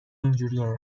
اینجورین